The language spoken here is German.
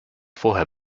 vorher